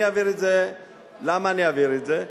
אני אעביר את זה, למה אני אעביר את זה?